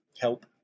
help